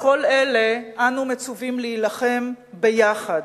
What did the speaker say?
בכל אלה אנו מצווים להילחם ביחד.